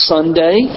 Sunday